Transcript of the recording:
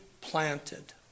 planted